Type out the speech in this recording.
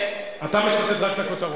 אתה מצטט רק את הכותרות.